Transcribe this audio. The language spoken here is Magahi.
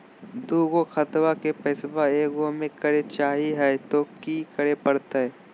दू गो खतवा के पैसवा ए गो मे करे चाही हय तो कि करे परते?